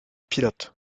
pilote